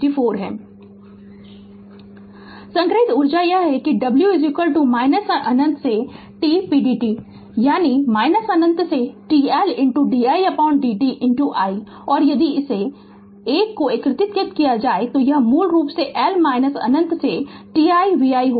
Refer Slide Time 1332 संग्रहीत ऊर्जा यह है कि w अनंत से t pdt यानी अनंत से t L didt i और यदि इस 1 को एकीकृत किया जाए तो यह मूल रूप से L अनंत से t i vi होगा